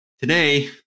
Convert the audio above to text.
Today